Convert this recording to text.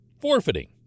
forfeiting